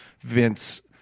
Vince